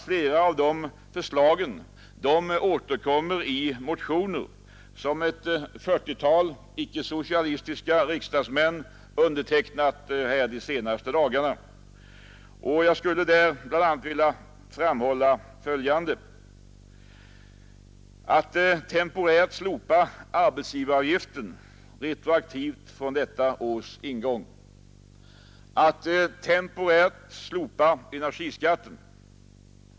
Flera av förslagen återkommer i motioner som ett 40-tal icke socialistiska riksdagsmän undertecknat här de senaste dagarna. Jag skulle bl.a. vilja framhålla följande förslag: Att temporärt slopa arbetsgivaravgiften retroaktivt från detta års ingång. Att temporärt slopa energiskatten.